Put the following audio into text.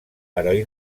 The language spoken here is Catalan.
heroi